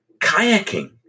kayaking